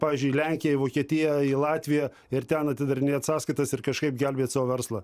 pavyzdžiui lenkija į vokietiją į latviją ir ten atidarinėt sąskaitas ir kažkaip gelbėt savo verslą